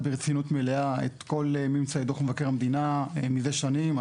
ברצינות מלאה את כל ממצאי דוח מבקר המדינה מזה שנים.